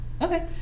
Okay